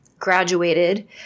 Graduated